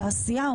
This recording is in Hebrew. התעשייה,